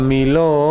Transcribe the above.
Milo